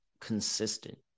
consistent